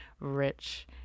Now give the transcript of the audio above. rich